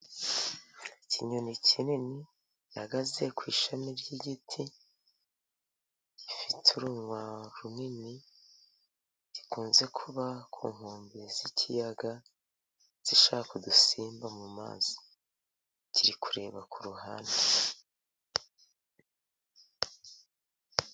Ikinyoni kinini gihagaze ku ishami ry'igiti, gifite urunwa runini. Gikunze kuba ku nkombe z'ikiyaga, gishaka udusimba mu mazi. Kiri kureba ku ruhande.